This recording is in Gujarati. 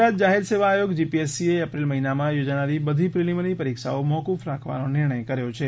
ગુજરાત જાહેર સેવા આયોગ જી પી એસ સી એ એપ્રિલ માહિનામાં યોજનારી બધી પ્રિલિમિનરી પરીક્ષાઓ મોકુફ રાખવાનો નિર્ણય કર્યો છે